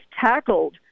tackled